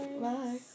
Bye